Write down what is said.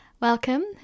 Welcome